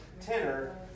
tenor